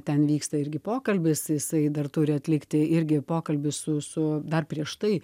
ten vyksta irgi pokalbis jisai dar turi atlikti irgi pokalbį su su dar prieš tai